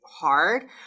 hard